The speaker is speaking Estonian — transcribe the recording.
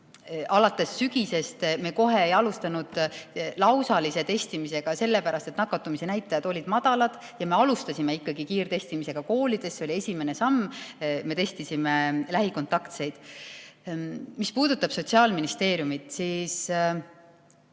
Alates sügisest me kohe ei alustanud lausalist testimist sellepärast, et nakatumise näitajad olid madalad. Ja me alustasime ikkagi kiirtestimisega koolides, see oli esimene samm, me testisime lähikontaktseid. Mis puudutab Sotsiaalministeeriumi,